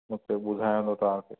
okay ॿुधाया थो तव्हांखे